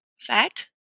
fat